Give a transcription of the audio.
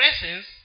presence